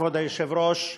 כבוד היושב-ראש,